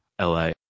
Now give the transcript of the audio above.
LA